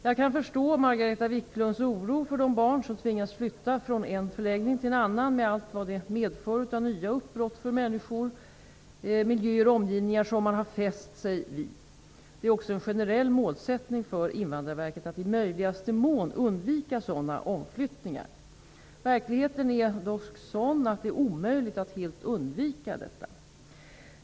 Jag kan förstå Margareta Viklunds oro för de barn som tvingas flytta från en förläggning till en annan med allt vad detta medför av nya uppbrott från människor, miljöer och omgivningar, som man fäst sig vid. Det är också en generell målsättning för Invandrarverket, att i möjligaste mån undvika sådana omflyttningar. Verkligheten är dock sådan att det är omöjligt att helt undvika detta.